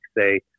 say